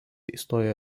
įstojo